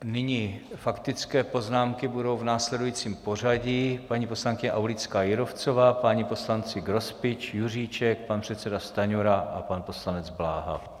Nyní faktické poznámky v následujícím pořadí: paní poslankyně Aulická Jírovcová, páni poslanci Grospič, Juříček, pan předseda Stanjura a pan poslanec Bláha.